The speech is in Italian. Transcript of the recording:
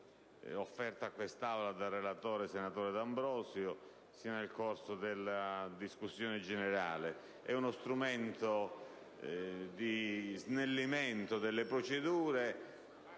offerta a quest'Assemblea dal relatore, senatore D'Ambrosio, sia nel corso della discussione generale. Si tratta di uno strumento di snellimento delle procedure